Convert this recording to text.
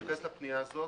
אז אני מתייחס לפנייה הזאת.